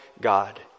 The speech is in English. God